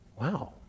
wow